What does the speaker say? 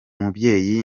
mubyeyi